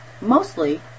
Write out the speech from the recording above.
mostly